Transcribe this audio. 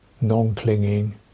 non-clinging